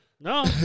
No